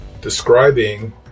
describing